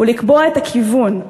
הוא לקבוע את הכיוון.